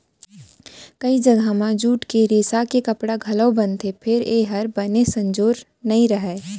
कइ जघा म जूट के रेसा के कपड़ा घलौ बनथे फेर ए हर बने संजोर नइ रहय